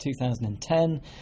2010